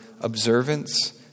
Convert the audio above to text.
observance